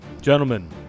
Gentlemen